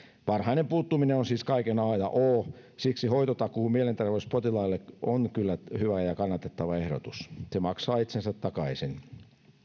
varhainen puuttuminen on siis kaiken a ja o siksi hoitotakuu mielenterveyspotilaille on kyllä hyvä ja ja kannatettava ehdotus se maksaa itsensä takaisin